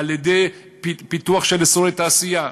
על-ידי פיתוח של אזורי תעשייה,